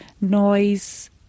noise